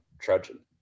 trudging